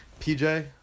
PJ